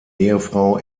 ehefrau